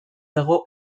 dago